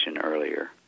earlier